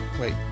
Wait